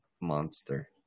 monster